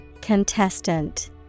Contestant